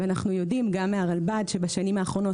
אנחנו יודעים גם מהרלב"ד שבשנים האחרונות